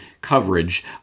coverage